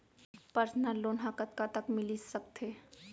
Personal loan ह कतका तक मिलिस सकथे?